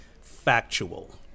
factual